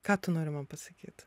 ką tu nori man pasakyt